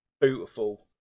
Beautiful